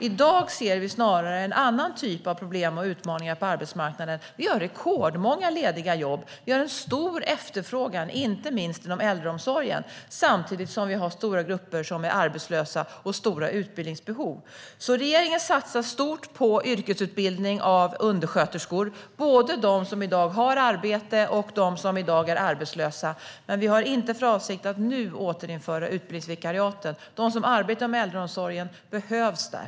I dag ser vi snarare en annan typ av problem och utmaningar på arbetsmarknaden. Vi har rekordmånga lediga jobb. Vi har en stor efterfrågan, inte minst inom äldreomsorgen, samtidigt som vi har stora grupper som är arbetslösa och har stora utbildningsbehov. Regeringen satsar stort på yrkesutbildning av undersköterskor, både för dem som i dag har arbete och dem som är arbetslösa, men vi har inte för avsikt att återinföra utbildningsvikariaten nu. De som arbetar med äldreomsorgen behövs där.